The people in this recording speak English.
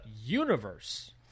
universe